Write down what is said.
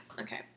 okay